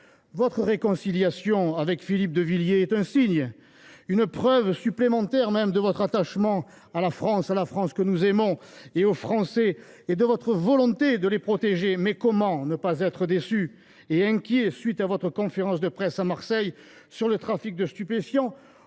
Votre réconciliation avec Philippe de Villiers est un signe, voire une preuve supplémentaire de votre attachement à la France, celle que nous aimons, et aux Français, ainsi que de votre volonté de les protéger. Comment ne pas être déçu et inquiet après votre conférence de presse à Marseille sur le trafic de stupéfiants,